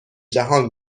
جهان